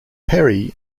perry